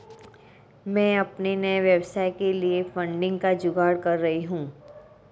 मैं अपने नए व्यवसाय के लिए फंडिंग का जुगाड़ कर रही हूं